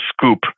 scoop